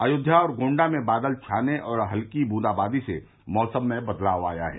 अयोध्या और गोण्डा में बादल छाने और हल्की बूंदाबांदी से मौसम में बदलाव आ गया है